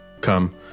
come